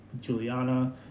Juliana